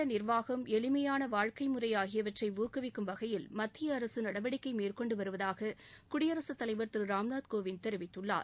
சிறந்த நிர்வாகம் எளிமையான வாழ்க்கை முறை ஆகியவற்றை ஊக்குவிக்கும் வகையில் மத்திய அரசு நடவடிக்கை மேற்கொண்டு வருவதாக குடியரசு தலைவர் திரு ராம்நாத் கோவிந்த் தெரிவித்துள்ளார்